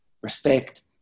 respect